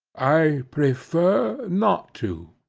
i prefer not to,